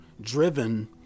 driven